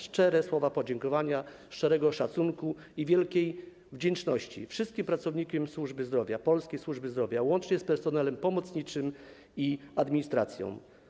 Szczere słowa podziękowania, szczere wyrazy szacunku i wielkiej wdzięczności wobec wszystkich pracowników służby zdrowia, polskiej służby zdrowia, łącznie z personelem pomocniczym i administracją.